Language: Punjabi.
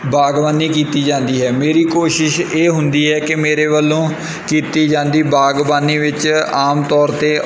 ਬਾਗਵਾਨੀ ਕੀਤੀ ਜਾਂਦੀ ਹੈ ਮੇਰੀ ਕੋਸ਼ਿਸ਼ ਇਹ ਹੁੰਦੀ ਹੈ ਕਿ ਮੇਰੇ ਵੱਲੋਂ ਕੀਤੀ ਜਾਂਦੀ ਬਾਗਬਾਨੀ ਵਿੱਚ ਆਮ ਤੌਰ 'ਤੇ